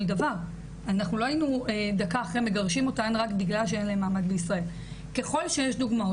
לא רק את התאריך,